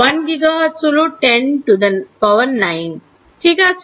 1 gigahertz হল 10 to the 9 ঠিক আছে